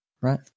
Right